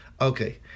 Okay